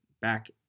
back